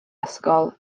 ysgol